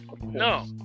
No